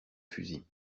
fusils